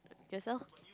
youself